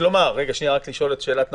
רק לשאול את שאלת נפתלי.